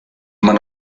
man